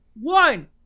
one